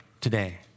today